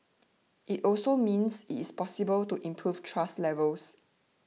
it also means it is possible to improve trust levels